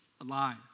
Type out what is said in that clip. alive